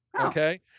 Okay